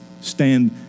Stand